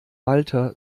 walter